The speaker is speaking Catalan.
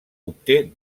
obté